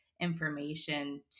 information